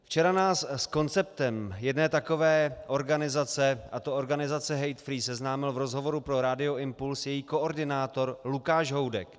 Včera nás s konceptem jedné takové organizace, a to organizace HateFree, seznámil v rozhovoru pro rádio impuls její koordinátor Lukáš Houdek.